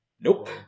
Nope